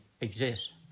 exist